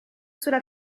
sulla